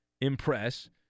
impress